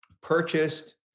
purchased